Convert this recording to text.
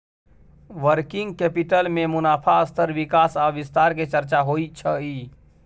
working capital में मुनाफ़ा स्तर विकास आ विस्तार के चर्चा होइ छइ